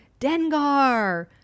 Dengar